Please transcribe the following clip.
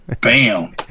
Bam